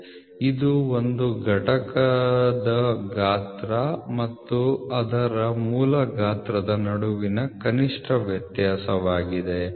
ಇದು ಒಂದು ಘಟಕದ ಗಾತ್ರ ಮತ್ತು ಅದರ ಮೂಲ ಗಾತ್ರದ ನಡುವಿನ ಕನಿಷ್ಠ ವ್ಯತ್ಯಾಸವಾಗಿದೆ